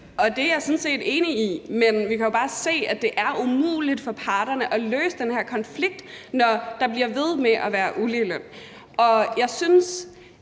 det er jeg sådan set enig i, men vi kan jo bare se, at det er umuligt for parterne at løse den her konflikt, når der bliver ved med at være uligeløn.